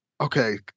okay